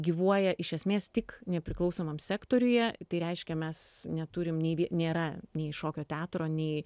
gyvuoja iš esmės tik nepriklausomam sektoriuje tai reiškia mes neturim nei vien nėra nei šokio teatro nei